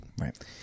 Right